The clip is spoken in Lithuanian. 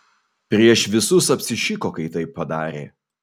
prieš visus apsišiko kai taip padarė